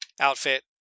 outfit